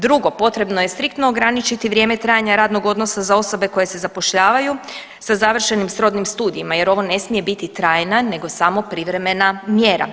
Drugo, potrebno je striktno ograničiti vrijeme trajanja radnog osoba za osobe koje se zapošljavaju sa završenim srodnim studijima, jer ovo ne smije biti trajna nego samo privremena mjera.